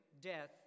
death